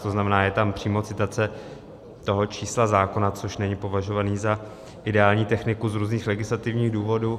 To znamená, je tam přímo citace toho čísla zákona, což není považované za ideální techniku z různých legislativních důvodů.